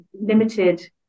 limited